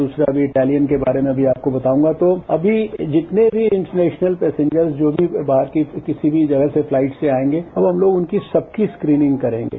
दूसरा अभी इटालियन के बारे में भी आपको बताऊंगा तो अभी जितने भी इंटरनेशनल पेसेंजर्स हैं जो भी बाहर की किसी भी जगह फ्लाईट से आएंगे तो हम लोग उन सबकी स्क्रीनिंग करेंगे